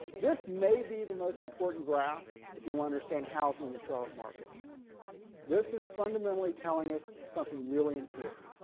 this may be the most important graph. if you understand housing in the charlotte market this is fundamentally telling us something really important.